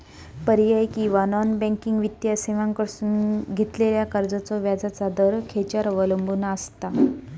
पर्यायी किंवा non banking वित्तीय सेवांकडसून घेतलेल्या कर्जाचो व्याजाचा दर खेच्यार अवलंबून आसता?